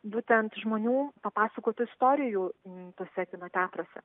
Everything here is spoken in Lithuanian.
būtent žmonių papasakotų istorijų tuose kino teatruose